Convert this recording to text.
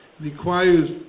requires